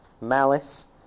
malice